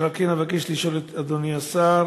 אשר על כן, אבקש לשאול את אדוני השר: